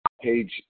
page